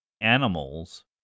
animals